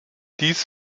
dies